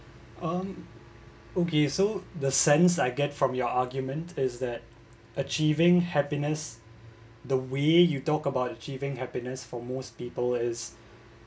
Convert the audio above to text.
um okay so the sense I get from your argument is that achieving happiness the way you talk about achieving happiness for most people is